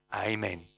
amen